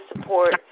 support